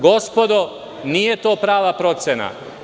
Gospodo, nije to prava procena.